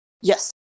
Yes